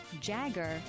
jagger